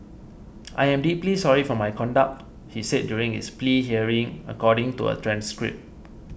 I am deeply sorry for my conduct he said during his plea hearing according to a transcript